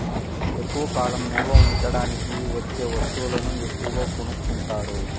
ఎక్కువ కాలం నిల్వ ఉంచడానికి వచ్చే వస్తువులను ఎక్కువగా కొనుక్కుంటారు